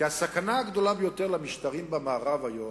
כי יש סכנה גדולה ביותר למשטרים במערב היום,